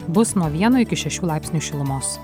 bus nuo vieno iki šešių laipsnių šilumos